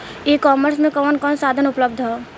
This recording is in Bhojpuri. ई कॉमर्स में कवन कवन साधन उपलब्ध ह?